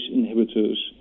inhibitors